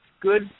Good